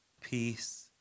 Peace